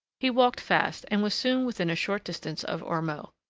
he walked fast, and was soon within a short distance of ormeaux.